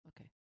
okay